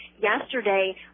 Yesterday